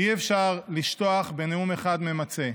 אי-אפשר לשטוח בנאום אחד ממצה.